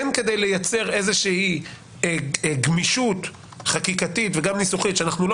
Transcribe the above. זה כדי ליצור גמישות חקיקתית וגם ניסוחית שאנחנו לא